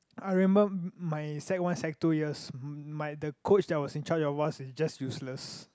I remember my sec-one sec-two years uh my the coach that was in charge of is just useless